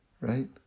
right